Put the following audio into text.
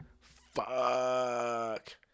Fuck